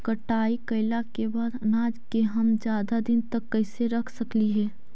कटाई कैला के बाद अनाज के हम ज्यादा दिन तक कैसे रख सकली हे?